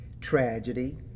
tragedy